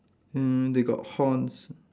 mm they got horns